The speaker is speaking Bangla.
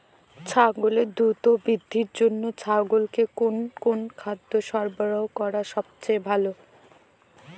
ছাগলের দ্রুত বৃদ্ধির জন্য ছাগলকে কোন কোন খাদ্য সরবরাহ করা সবচেয়ে ভালো?